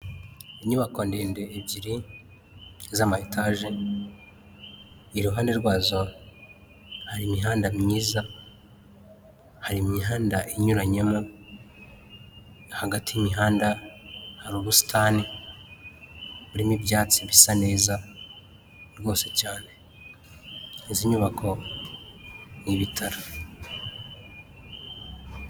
Inyubako ndende ebyiri z'amaetage, iruhande rwazo hari imihanda myiza, hari imihanda inyuranyemo, hagati y'imihanda hari ubusitani, harimo ibyatsi bisa neza rwose cyane, izi nyubako ni ibitaro.